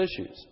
issues